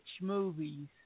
movies